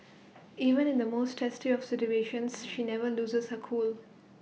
even in the most testy of situations she never loses her cool